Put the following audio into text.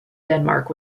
denmark